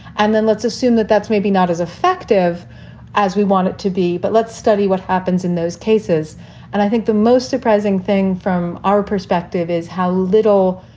and then let's assume that that's maybe not as effective as we want it to be, but let's study what happens in those cases and i think the most surprising thing from our perspective is how little,